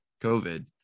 COVID